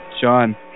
Sean